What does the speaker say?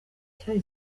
cyari